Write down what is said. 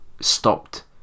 stopped